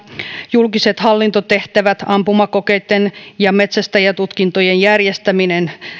julkiset hallintotehtävät ampumakokeitten ja metsästäjätutkintojen järjestäminen